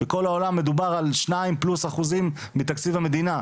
בכל העולם מדובר על שניים פלוס אחוזים מתקציב המדינה.